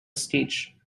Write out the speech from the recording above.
stage